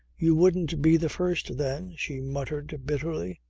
you wouldn't be the first then, she muttered bitterly.